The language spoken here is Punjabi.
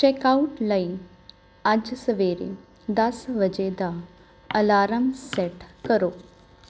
ਚੈੱਕਆਉਟ ਲਈ ਅੱਜ ਸਵੇਰੇ ਦਸ ਵਜੇ ਦਾ ਅਲਾਰਮ ਸੈੱਟ ਕਰੋ